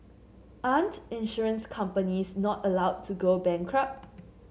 aren't insurance companies not allowed to go bankrupt